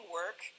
work